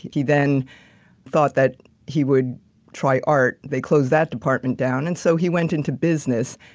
he then thought that he would try art, they closed that department down. and so, he went into business.